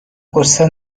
غصه